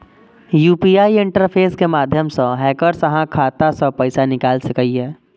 UPI interface के माध्यम सं हैकर्स अहांक खाता सं पैसा निकालि सकैए